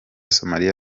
somalia